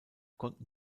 konnten